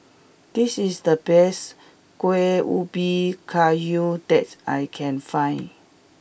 this is the best Kuih Ubi Kayu that I can find